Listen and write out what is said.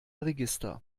register